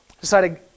Decided